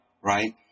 right